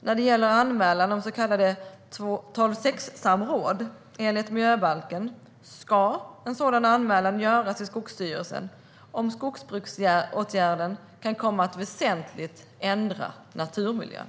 När det gäller anmälan om så kallade 12:6-samråd enligt miljöbalken ska en sådan anmälan göras till Skogsstyrelsen om skogsbruksåtgärden kan komma att väsentligt ändra naturmiljön.